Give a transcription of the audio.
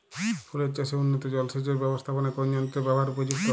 ফুলের চাষে উন্নত জলসেচ এর ব্যাবস্থাপনায় কোন যন্ত্রের ব্যবহার উপযুক্ত?